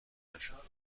نشدم